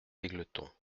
égletons